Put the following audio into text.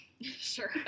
Sure